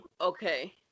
okay